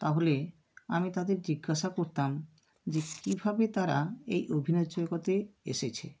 তাহলে আমি তাদের জিজ্ঞাসা করতাম যে কীভাবে তারা এই অভিনয়ের জগতে এসেছে